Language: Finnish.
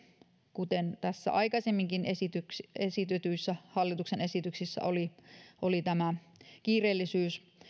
kuten tässä aikaisemminkin esitetyissä hallituksen esityksissä oli oli tämä kiireellisyys